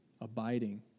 abiding